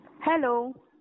Hello